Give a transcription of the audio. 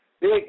Big